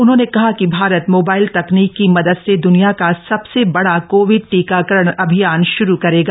उन्होंने कहा कि भारत मोबाइल तकनीक की मदद से द्रनिया का सबसे बड़ा कोविड टीकाकरण अभियान शुरू करेगा